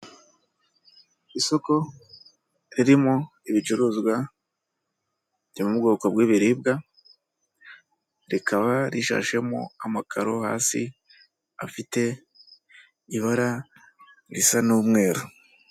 Isoko ririmo ibicuruzwa byo mu bwoko bw'ibiribwa, rikaba rishashemo amakaro hasi, afite ibara risa n'umweru.